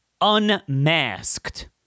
unmasked